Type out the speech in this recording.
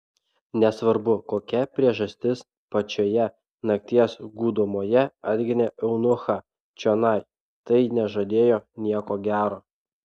nesvarbu kokia priežastis pačioje nakties gūdumoje atginė eunuchą čionai tai nežadėjo nieko gero